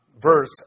verse